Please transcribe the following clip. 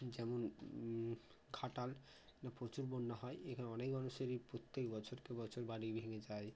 যেমন খাটাল এখানে প্রচুর বন্যা হয় এখানে অনেক মানুষেরই প্রত্যেক বছর বছর বাড়ি ভেঙে যায়